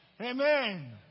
Amen